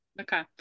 okay